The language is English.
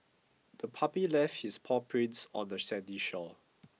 the puppy left its paw prints on the sandy shore